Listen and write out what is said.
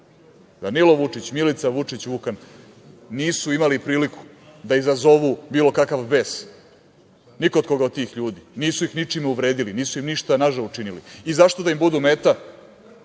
Danilo Vučić, Milica Vučić, Vukan, nisu imali priliku da izazovu bilo kakav bes ni kod koga od tih ljudi. Nisu ih ničim uvredili, nisu im ništa nažao učinili i zašto da im budu meta?